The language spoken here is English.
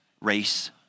race